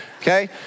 okay